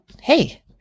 hey